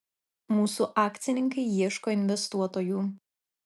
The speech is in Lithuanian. mūsų akcininkai ieško investuotojų